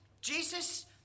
Jesus